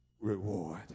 reward